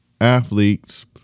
athletes